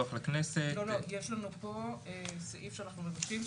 יש לנו פה סעיף שאנחנו מבקשים,